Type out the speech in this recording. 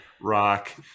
rock